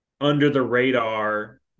under-the-radar